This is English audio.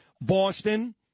Boston